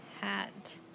hat